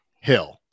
Hill